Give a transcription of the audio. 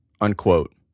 unquote